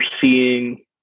seeing